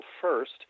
first